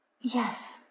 Yes